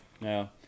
No